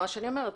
מה שא ני אומרת.